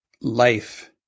life